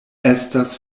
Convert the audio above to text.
estas